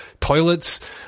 toilets